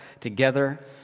together